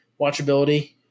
watchability